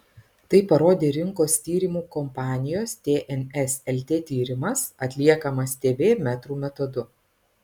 tai parodė rinkos tyrimų kompanijos tns lt tyrimas atliekamas tv metrų metodu